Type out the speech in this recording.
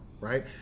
right